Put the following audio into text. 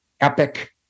epic